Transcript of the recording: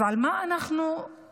אז על מה אנחנו נדבר?